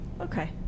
okay